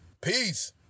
Peace